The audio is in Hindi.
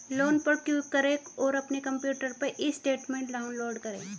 लोन पर क्लिक करें और अपने कंप्यूटर पर ई स्टेटमेंट डाउनलोड करें